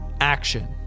Action